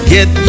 Get